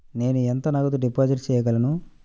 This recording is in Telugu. నేను ఎంత నగదు డిపాజిట్ చేయగలను?